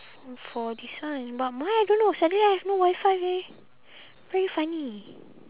for this one but mine I don't know suddenly I have no WiFi leh very funny